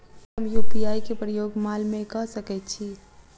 की हम यु.पी.आई केँ प्रयोग माल मै कऽ सकैत छी?